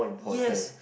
yes